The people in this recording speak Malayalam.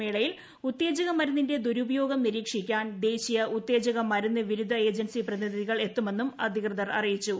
മേളയിൽ ഉത്തേജക മരുന്നിന്റെ ദുരുപയോഗം നിരീക്ഷിക്കാൻ ദേശീയ ഉത്തേജക മരുന്ന് വിരുദ്ധ ഏജൻസി പ്രതിനിധികൾ എത്തുമെന്നും അധികൃതർ അറിയിച്ചു